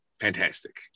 fantastic